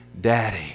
Daddy